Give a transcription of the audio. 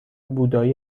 بودایی